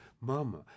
Mama